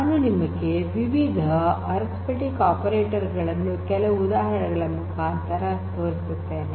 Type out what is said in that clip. ನಾನು ನಿಮಗೆ ವಿವಿಧ ಅರಿತ್ಮೆಟಿಕ್ ಆಪರೇಟರ್ ಗಳನ್ನು ಕೆಲವು ಉದಾಹರಣೆಗಳ ಮುಖಾಂತರ ತೋರಿಸುತ್ತೇನೆ